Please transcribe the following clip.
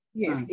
yes